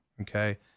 Okay